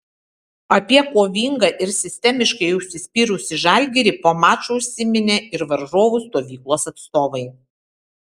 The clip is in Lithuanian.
apie kovingą ir sistemiškai užsispyrusį žalgirį po mačo užsiminė ir varžovų stovyklos atstovai